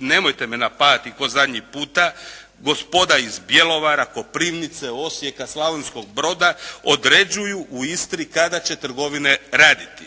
nemojte me napadati kao zadnji puta, gospoda iz Bjelovara, Koprivnice, Osijeka, Slavonskog Broda određuju u Istri kada će trgovine raditi.